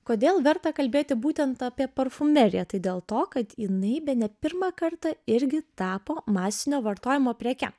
kodėl verta kalbėti būtent apie parfumeriją tai dėl to kad jinai bene pirmą kartą irgi tapo masinio vartojimo preke